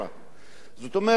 זאת אומרת, חבר